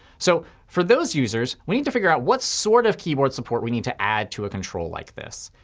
so for those users, we need to figure out what sort of keyboard support we need to add to a control like this.